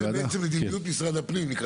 בעצם, נקרא לזה כך: מדיניות משרד הפנים.